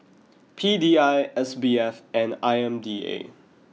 P D I S B F and I M D A